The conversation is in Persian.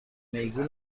میگو